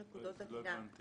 שלוש נקודות עגינה,